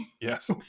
yes